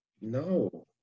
No